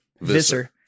Visser